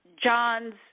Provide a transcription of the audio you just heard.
John's